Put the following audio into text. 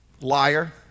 Liar